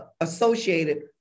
associated